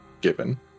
given